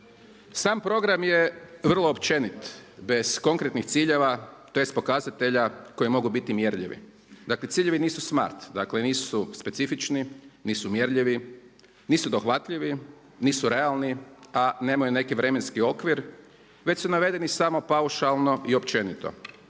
Sam program je vrlo općenit bez konkretnih ciljeva, tj. pokazatelja koji mogu biti mjerljivi. Dakle ciljevi nisu smart, dakle nisu specifični, nisu mjerljivi, nisu dohvatljivi, nisu realni a nemaju neki vremenski okvir već su navedeni samo paušalno i općenito.